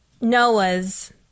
Noah's